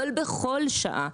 אבל בכל שעה,